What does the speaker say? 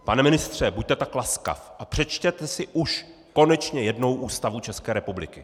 Pane ministře, buďte tak laskav a přečtěte si už konečně jednou Ústavu České republiky!